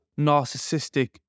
narcissistic